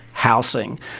Housing